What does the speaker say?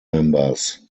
members